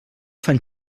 fan